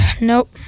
Nope